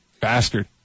Bastard